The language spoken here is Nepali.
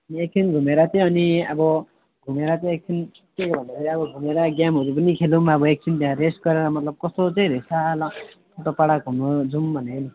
एकछिन घुमेर चाहिँ अनि अब घुमेर चाहिँ एकछिन के गरौँ यता अब घुमेर गेमहरू पनि खेलौँ अब एकछिन त्यहाँ रेस्ट गरेर मतलब कस्तो चाहिँ रहेछ टोटोपाडा घुम्नु जाऔँ भनेको नि